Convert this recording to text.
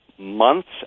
Months